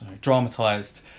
dramatised